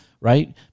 right